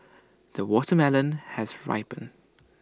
the watermelon has ripened